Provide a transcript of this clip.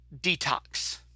detox